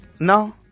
No